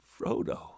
Frodo